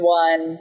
one